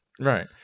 right